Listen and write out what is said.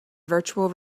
virtual